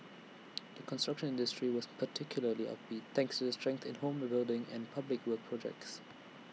the construction industry was particularly upbeat thanks to strength in home building and public works projects